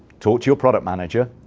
talk to your product manager.